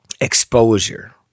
exposure